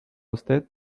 usted